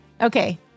Okay